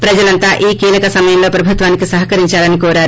ప్రజలంతా ఈ కీలక సమయంలో ప్రభుత్వానికి సహకరిందాలని కోరారు